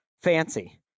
fancy